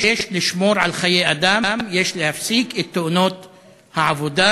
יש לשמור על חיי אדם, יש להפסיק את תאונות העבודה,